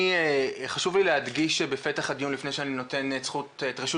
חשוב לי להדגיש בפתח הדיון לפני שאני נותן את רשות